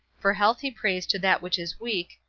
for health he prays to that which is weak,